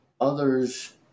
others